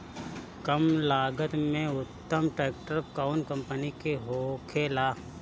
कम लागत में उत्तम ट्रैक्टर कउन कम्पनी के होखेला?